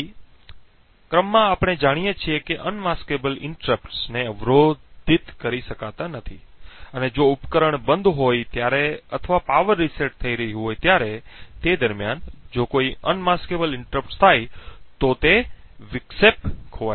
તેથી ક્રમમાં આપણે જાણીએ છીએ કે અનમાસ્કેબલ વિક્ષેપો ને અવરોધિત કરી શકાતા નથી અને જો ઉપકરણ બંધ હોય ત્યારે અથવા પાવર રીસેટ થઈ રહ્યું હોય ત્યારે તે દરમિયાન જો કોઈ અનમાસ્કેબલ વિક્ષેપો થાય છે તો તે વિક્ષેપ ખોવાઈ જશે